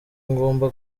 ngomba